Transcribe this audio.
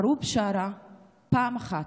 ערוב שרה פעם אחת,